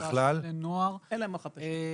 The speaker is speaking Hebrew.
כניסה של בני נוער לאתרי בנייה.